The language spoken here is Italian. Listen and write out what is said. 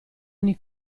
ogni